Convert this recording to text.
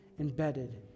embedded